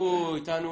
ישבו איתנו